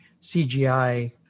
CGI